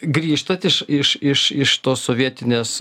grįžtat iš iš iš iš tos sovietinės